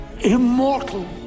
immortal